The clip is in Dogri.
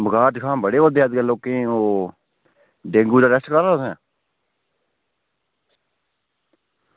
बुखार दिक्खो आं बड़े होआ दे लोकें गी ओह् डेंगू दा टेस्ट कराये तुसें